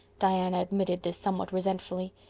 diana admitted this somewhat resentfully.